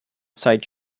side